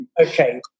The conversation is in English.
okay